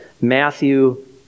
Matthew